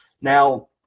Now